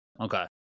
okay